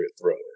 thrower